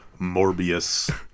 Morbius